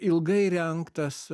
ilgai rengtas